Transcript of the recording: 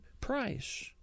price